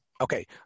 Okay